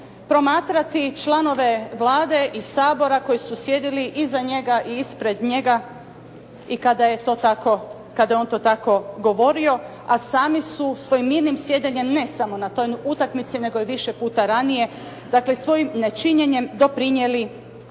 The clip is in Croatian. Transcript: promatrati i članove Vlade i Sabora koji su sjedili iza njega i ispred njega i kada je to tako, kada je on to tako govorio, a sami su svojim mirnim sjedenjem ne samo na toj utakmici nego i više puta ranije, dakle, svojim nečinjenjem doprinijeli